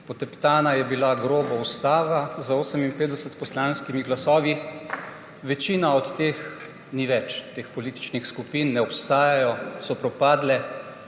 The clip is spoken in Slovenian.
poteptana ustava z 58 poslanskimi glasovi. Večine od teh ni več, te politične skupine ne obstajajo, so propadle.